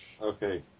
Okay